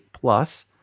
Plus